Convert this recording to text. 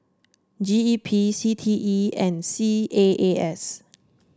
G E P C T E and C A A S